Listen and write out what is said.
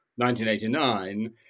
1989